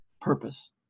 purpose